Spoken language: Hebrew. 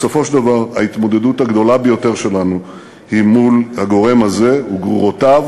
בסופו של דבר ההתמודדות הגדולה ביותר שלנו היא מול הגורם הזה וגרורותיו,